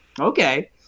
okay